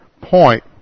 point